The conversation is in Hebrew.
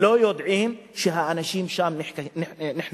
לא יודעים שהאנשים שם נחנקים.